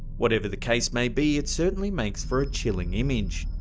whatever the case may be, it certainly makes for a chilling image,